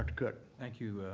and cook thank you,